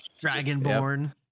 dragonborn